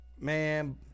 man